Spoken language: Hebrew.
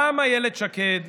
גם אילת שקד,